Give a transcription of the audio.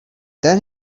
then